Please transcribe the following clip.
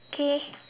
okay